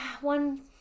one